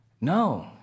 No